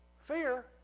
Fear